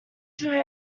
dry